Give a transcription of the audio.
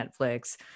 Netflix